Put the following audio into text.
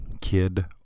kid